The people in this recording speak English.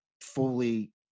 Fully